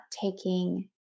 taking